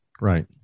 Right